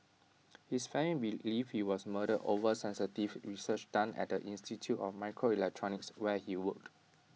his family believe he was murdered over sensitive research done at the institute of microelectronics where he worked